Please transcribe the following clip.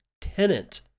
tenant